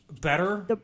Better